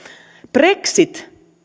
brexit